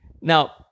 now